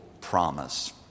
promise